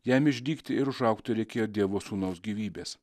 jam išdygti ir užaugti reikėjo dievo sūnaus gyvybės